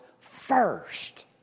first